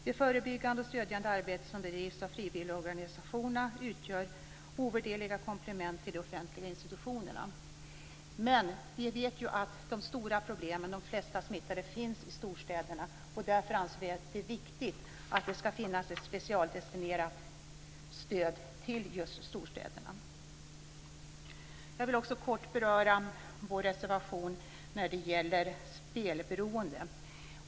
Det förebyggande och stödjande arbete som bedrivs av frivilligorganisationerna utgör ett ovärderligt komplement till de offentliga institutionerna. Men vi vet att de stora problemen och de flesta smittade finns i storstäderna. Därför anser vi att det är viktigt att det finns ett specialdestinerat stöd för just storstäderna. Fru talman! Jag vill kort beröra vår reservation när det gäller spelberoende.